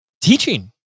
teaching